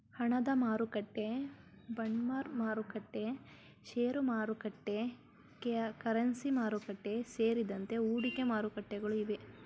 ಹಣದಮಾರುಕಟ್ಟೆ, ಬಾಂಡ್ಮಾರುಕಟ್ಟೆ, ಶೇರುಮಾರುಕಟ್ಟೆ, ಕರೆನ್ಸಿ ಮಾರುಕಟ್ಟೆ, ಸೇರಿದಂತೆ ಹೂಡಿಕೆ ಮಾರುಕಟ್ಟೆಗಳು ಇವೆ